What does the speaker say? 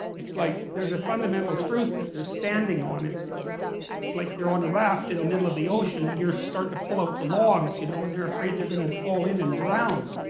it's like there's a fundamental truth that they're standing on. it's it's like they're on a raft in the middle of the ocean and you're starting to pull out the logs. you know and they're afraid they're going to fall in and drown.